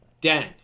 dan